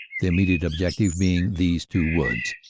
the immediate objective being these two woods,